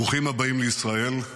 ברוכים הבאים לישראל,